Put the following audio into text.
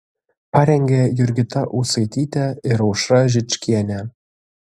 parengė jurgita ūsaitytė ir aušra žičkienė